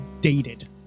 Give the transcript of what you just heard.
dated